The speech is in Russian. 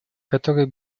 которой